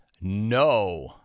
No